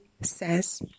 says